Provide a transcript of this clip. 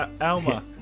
Alma